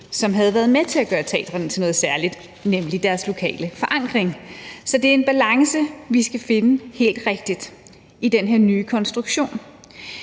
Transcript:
som havde været med til at gøre teatrene til noget særligt, nemlig deres lokale forankring. Så det er en helt rigtig balance, vi skal finde i den her nye konstruktion.